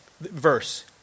verse